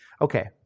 okay